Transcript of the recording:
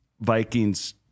Vikings